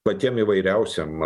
patiem įvairiausiem